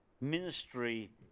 ministry